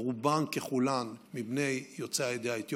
רובן ככולן מבני העדה האתיופית,